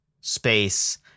space